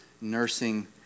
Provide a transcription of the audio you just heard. nursing